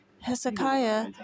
Hezekiah